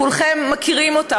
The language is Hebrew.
כולכם מכירים אותם.